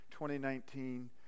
2019